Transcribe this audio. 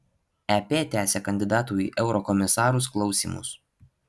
ep tęsia kandidatų į eurokomisarus klausymus